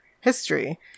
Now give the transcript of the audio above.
history